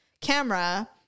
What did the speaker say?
camera